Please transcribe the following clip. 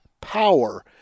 power